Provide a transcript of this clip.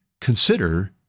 consider